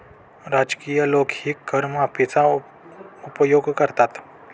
राजकीय लोकही कर माफीचा उपयोग करतात